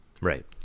Right